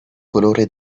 colore